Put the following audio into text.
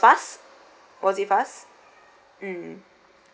was it fast mm